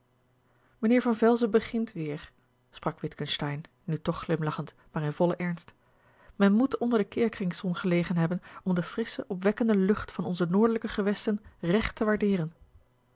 mijnheer van velzen begint weer sprak witgensteyn nu a l g bosboom-toussaint langs een omweg toch glimlachend maar in vollen ernst men moet onder de keerkringszon geleden hebben om de frissche opwekkende lucht van onze noordelijke gewesten recht te waardeeren